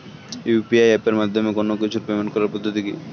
UPI এপের মাধ্যমে কোন কিছুর পেমেন্ট করার পদ্ধতি কি?